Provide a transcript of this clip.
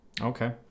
Okay